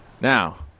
Now